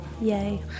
Yay